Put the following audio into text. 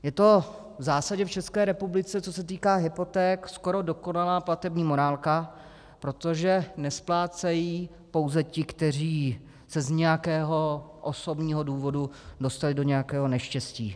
Je to v zásadě v České republice, co se týká hypoték, skoro dokonalá platební morálka, protože nesplácejí pouze ti, kteří se z nějakého osobního důvodu dostali do nějakého neštěstí.